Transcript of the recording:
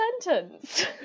sentence